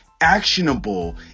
actionable